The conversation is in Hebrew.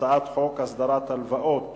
הצעת חוק הסדרת הלוואות